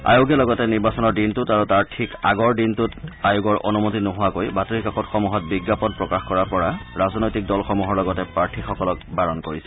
আয়োগে লগতে নিৰ্বাচনৰ দিনটোত আৰু তাৰ ঠিক আগৰ দিনটোত আয়োগৰ অনুমতি নোহোৱাকৈ বাতৰি কাকতসমূহত বিজ্ঞাপন প্ৰকাশ কৰাৰ পৰা ৰাজনৈতিক দলসমূহৰ লগতে প্ৰাৰ্থীসকলক বাৰণ কৰিছে